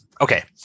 okay